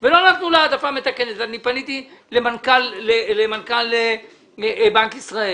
ולא נתנו לה העדפה מתקנת ואני פניתי למנכ"ל בנק ישראל.